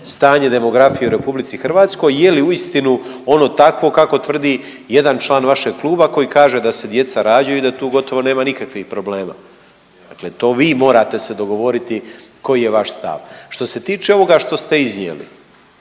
stanje demografije u RH, je li uistinu ono takvo kakvo tvrdi jedan član vašeg kluba koji kaže da se djeca rađaju i da tu gotovo nema nikakvih problema. Dakle to vi morate se dogovoriti koji je vaš stav. Što se tiče ovoga što ste iznijeli,